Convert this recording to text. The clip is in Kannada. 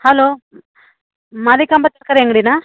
ಹಲೋ ಮಾರಿಕಾಂಬ ತರಕಾರಿ ಅಂಗಡಿನಾ